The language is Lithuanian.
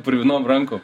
purvinom rankom